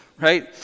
Right